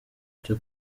cyo